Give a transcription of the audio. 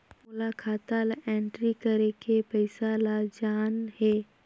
मोला खाता ला एंट्री करेके पइसा ला जान हे?